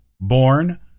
born